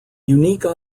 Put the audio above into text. unique